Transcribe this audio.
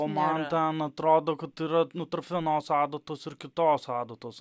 o man ten atrodo kad yra tarp vienos adatos ir kitos adatos